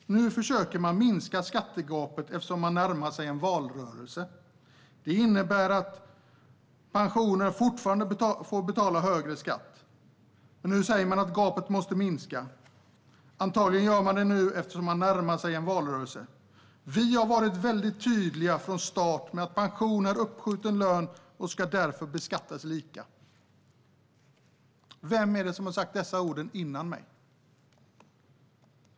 Nu försöker man minska skattegapet eftersom man närmar sig en valrörelse. Det innebär att pensionärer fortfarande får betala högre skatt. Men nu säger man att gapet måste minska. Antagligen gör man det nu eftersom man närmar sig en valrörelse. Vi har varit väldigt tydliga från start med att pension är uppskjuten lön och därför ska beskattas lika. Vem var det som sa dessa ord före mig?